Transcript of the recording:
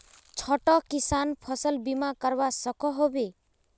छोटो किसान फसल बीमा करवा सकोहो होबे?